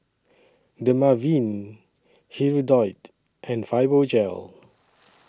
Dermaveen Hirudoid and Fibogel